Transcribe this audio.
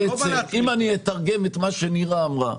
אם אני אתרגם את מה שהיא אמרה,